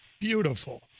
Beautiful